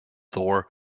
door